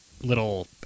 little